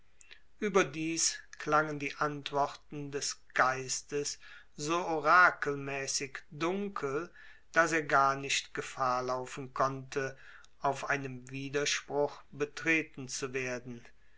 überdies klangen die antworten des geistes so orakelmäßig dunkel daß er gar nicht gefahr laufen konnte auf einem widerspruch betreten zu werden